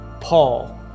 Paul